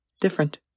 Different